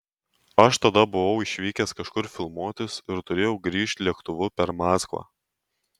aš tada buvau išvykęs kažkur filmuotis ir turėjau grįžt lėktuvu per maskvą